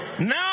Now